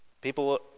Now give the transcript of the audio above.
People